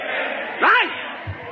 Right